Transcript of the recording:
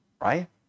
Right